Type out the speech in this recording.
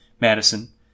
Madison